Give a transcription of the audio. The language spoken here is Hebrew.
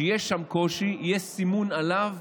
שיש לו קושי, יהיה עליו סימון אצלנו.